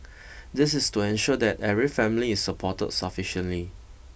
this is to ensure that every family is supported sufficiently